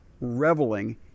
reveling